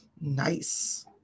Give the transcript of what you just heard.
Nice